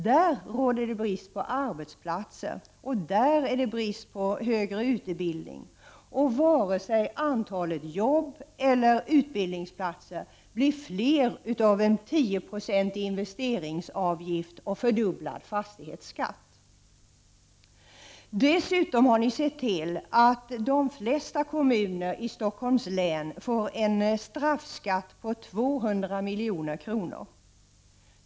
Där råder det brist på arbetsplatser och brist på högre utbild 63 ning, och vare sig antalet jobb eller utbildningsplatser blir fler av en tioprocentig investeringsavgift och fördubblad fastighetsskatt. Dessutom har ni sett till att de flesta kommuner i Stockholms län får en straffskatt på 200 milj.kr.